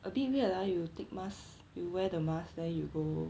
a bit weird lah you take mask you were the mask then you go